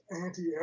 anti